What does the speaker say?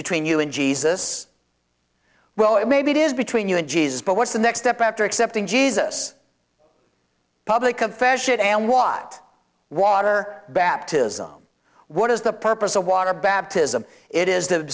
between you and jesus well it may be is between you and jesus but what's the next step after accepting jesus public confession and watt water baptism what is the purpose of water baptism it is